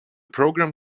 program